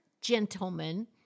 gentlemen